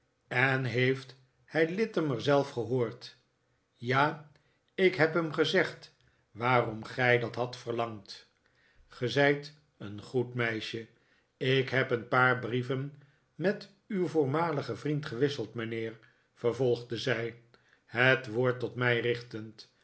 en heeft hij littimer zelf gehoord ja ik heb hem gezegd waarom gij dat hadt verlangd ge zijt een goed meisje ik heb een paar brieven met uw voormaligen vriend gewisseld mijnheer vervolgde zij het woord tot mij richtend